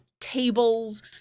tables